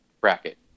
bracket